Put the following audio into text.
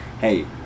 hey